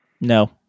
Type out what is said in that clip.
No